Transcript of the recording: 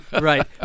Right